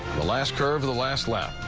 the last curve of the last lap,